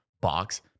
box